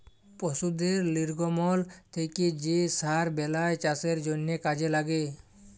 পশুদের লির্গমল থ্যাকে যে সার বেলায় চাষের জ্যনহে কাজে ল্যাগে